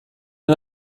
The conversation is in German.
den